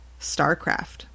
StarCraft